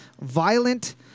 violent